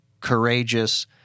courageous